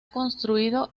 construido